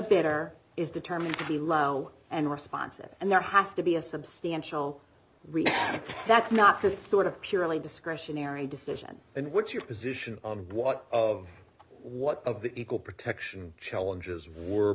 or is determined to be low and responsive and there has to be a substantial that's not the sort of purely discretionary decision and what your position of what of what of the equal protection challenges w